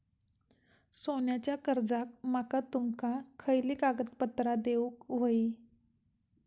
सोन्याच्या कर्जाक माका तुमका खयली कागदपत्रा देऊक व्हयी?